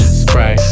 spray